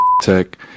tech